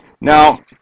Now